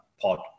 pod